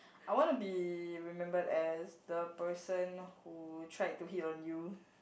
I wanna be remembered as the person who tried to hit on you